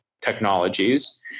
technologies